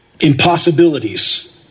impossibilities